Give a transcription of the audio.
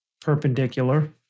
Perpendicular